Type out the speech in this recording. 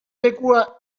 lekua